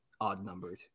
odd-numbered